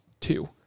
two